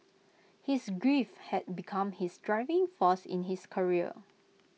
his grief had become his driving force in his career